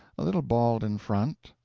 a little bald in front,